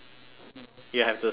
you have to sing after me